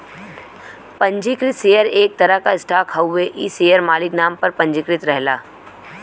पंजीकृत शेयर एक तरह क स्टॉक हउवे इ शेयर मालिक नाम पर पंजीकृत रहला